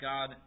God